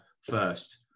first